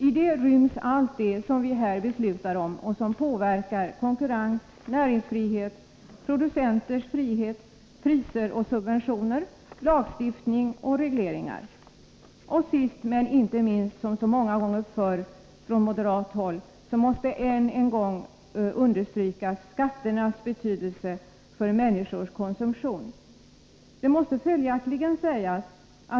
I detta ryms allt det som vi här beslutar om och som påverkar konkurrens, näringsfrihet, producenters frihet, priser och subventioner, lagstiftning och regleringar. Sist, men inte minst, måste det som vi från moderat håll så många gånger framfört understrykas, nämligen skatternas betydelse för människors konsumtion.